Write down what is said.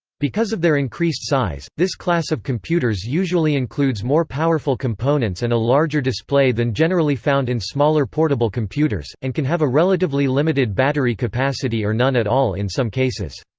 because of their increased size, this class of computers usually includes more powerful components and a larger display than generally found in smaller portable computers, and can have a relatively limited battery capacity or none at all in some cases.